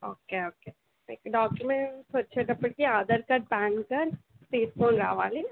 okay okay మీకు documents వచ్చేటప్పటికి Aadhaar card PAN card తీసుకొని రావాలి